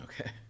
okay